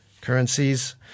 Currencies